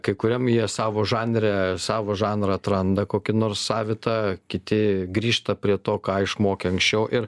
kai kuriam jie savo žanre savo žanrą atranda kokį nors savitą kiti grįžta prie to ką išmokę anksčiau ir